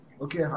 Okay